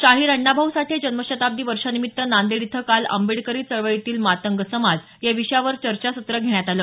शाहिर अण्णाभाऊ साठे जन्मशताब्दी वर्षा निमित्तानं नांदेड इथं काल आंबेडकरी चळवळीतील मातंग समाज या विषयावर चर्चासत्र घेण्यात आलं